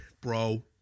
bro